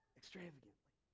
extravagantly